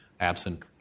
absent